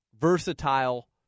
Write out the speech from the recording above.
versatile